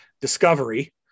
discovery